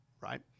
right